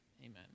Amen